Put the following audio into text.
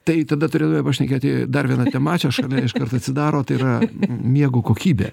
tai tada turėtume pašnekėti dar viena tema čia aš iškart atsidaro tai yra miego kokybė